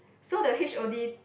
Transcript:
so the H_O_D